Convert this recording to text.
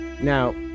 Now